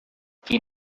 qui